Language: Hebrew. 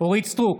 אורית מלכה סטרוק,